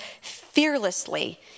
fearlessly